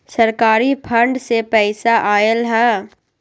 सरकारी फंड से पईसा आयल ह?